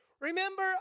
Remember